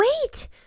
Wait